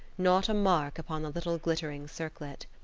not a mark upon the little glittering circlet.